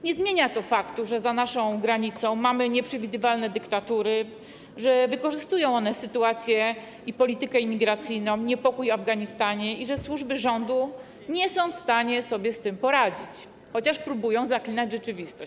Nie zmienia to faktu, że za naszą granicą mamy nieprzewidywalne dyktatury, że wykorzystują one sytuację, politykę imigracyjną i niepokój w Afganistanie, że służby rządu nie są w stanie sobie z tym poradzić, chociaż próbują zaklinać rzeczywistość.